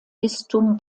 bistum